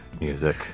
music